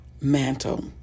mantle